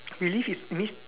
relive is means